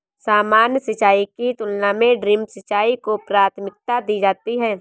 सामान्य सिंचाई की तुलना में ड्रिप सिंचाई को प्राथमिकता दी जाती है